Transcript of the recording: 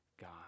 God